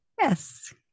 yes